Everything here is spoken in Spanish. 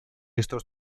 estos